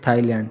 Thailand